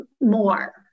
more